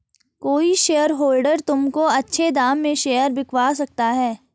कोई शेयरहोल्डर तुमको अच्छे दाम में शेयर बिकवा सकता है